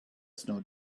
snow